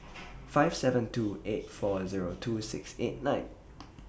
five seven two eight four Zero two six eight nine